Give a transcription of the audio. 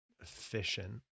efficient